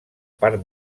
part